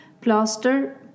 plaster